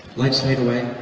lights fade away.